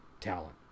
talent